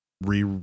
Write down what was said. Re